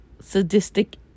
sadistic